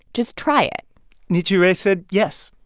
just try it nishi rei said yes.